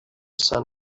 sun